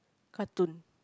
cartoon